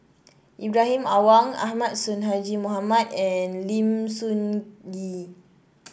Ibrahim Awang Ahmad Sonhadji Mohamad and Lim Sun Gee